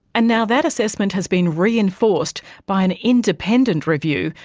and now that assessment has been reinforced by an independent review,